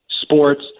sports